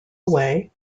away